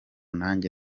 nanjye